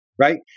Right